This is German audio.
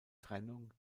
trennung